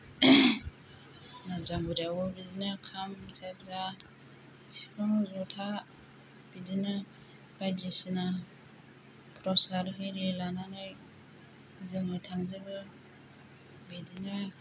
नादजांगुरियावबो बिदिनो खाम सेरजा सिफुं जथा बिदिनो बायदिसिना दस्रा इरि लानानै जोङो थांजोबो बिदिनो